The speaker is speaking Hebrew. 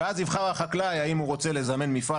ואז יבחר החקלאי האם הוא רוצה לזמן מפעל